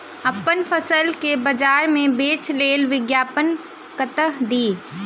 अप्पन फसल केँ बजार मे बेच लेल विज्ञापन कतह दी?